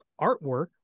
artwork